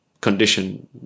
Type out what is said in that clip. condition